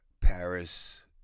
Paris